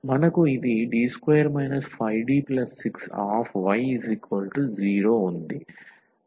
మనకు ఇది D2 5D6y0 ఉంది